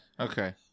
Okay